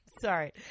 Sorry